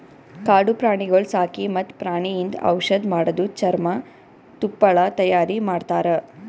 ಕಾಡು ಪ್ರಾಣಿಗೊಳ್ ಸಾಕಿ ಮತ್ತ್ ಪ್ರಾಣಿಯಿಂದ್ ಔಷಧ್ ಮಾಡದು, ಚರ್ಮ, ತುಪ್ಪಳ ತೈಯಾರಿ ಮಾಡ್ತಾರ